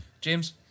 James